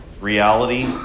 reality